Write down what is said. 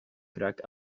crack